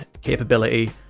capability